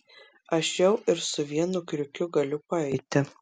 aš jau ir su vienu kriukiu galiu paeiti